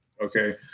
Okay